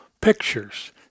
pictures